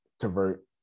convert